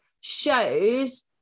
shows